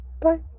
Bye